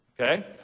Okay